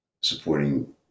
supporting